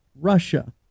Russia